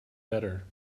better